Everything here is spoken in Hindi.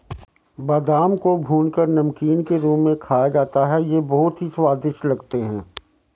बादाम को भूनकर नमकीन के रूप में खाया जाता है ये बहुत ही स्वादिष्ट लगते हैं